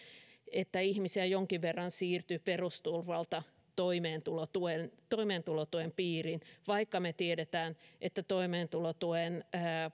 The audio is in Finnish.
että ihmisiä jonkin verran siirtyi perusturvalta toimeentulotuen toimeentulotuen piiriin vaikka me tiedämme että toimeentulotuen